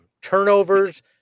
turnovers